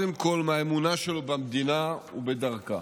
מהאמונה שלו במדינה ובדרכה.